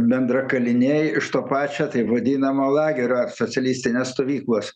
bendrakaliniai iš to pačio taip vadinamo lagerio ar socialistinės stovyklos